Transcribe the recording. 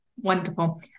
Wonderful